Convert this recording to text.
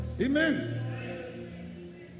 Amen